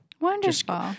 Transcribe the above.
Wonderful